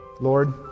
Lord